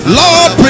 lord